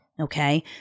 Okay